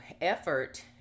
effort